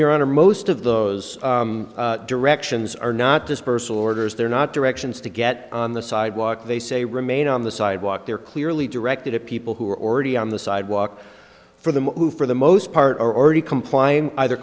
honor most of those directions are not dispersal orders they're not directions to get on the sidewalk they say remain on the sidewalk they're clearly directed at people who are already on the sidewalk for them who for the most part are already complying either